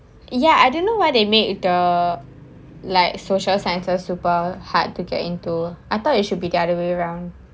ya I didn't know why they made the like social sciences super hard to get into I thought it should be the other way round